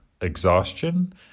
exhaustion